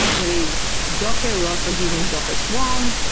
there is docker. we're also giving docker swarm,